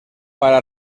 para